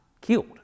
killed